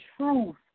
truth